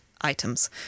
items